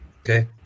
Okay